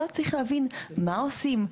ואז צריך להבין מה עושים,